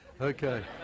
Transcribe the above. Okay